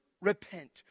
repent